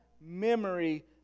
memory